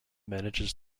manages